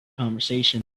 conversation